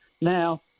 Now